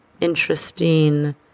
interesting